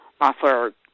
offer